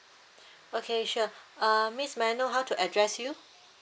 okay sure uh miss may I know how to address you